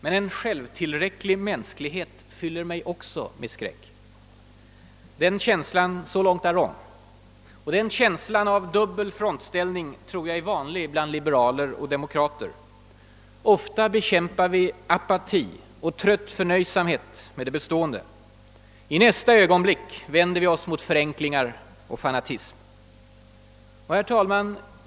Men en självtillräcklig mänsklighet fyller mig också med skräck.» Den känslan av dubbel frontställning tror jag är vanlig bland liberaler och demokrater. Ofta bekämpar vi apati och trött förnöjsamhet med det bestående. I nästa ögonblick vänder vi oss mot förenklingar och fanatism.